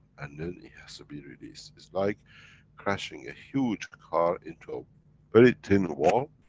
and then it has to be released. is like crashing a huge car into a very thin wall,